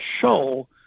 show